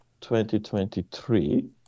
2023